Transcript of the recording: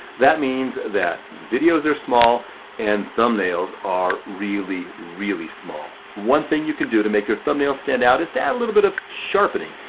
that means that videos are small and thumbnails are really, really small. one thing you can do to make your thumbnail stand out is to add a little bit of sharpening,